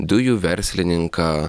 dujų verslininką